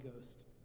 Ghost